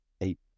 Eight